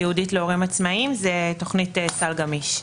ייעודית להורים עצמאיים זאת התכנית סל גמיש.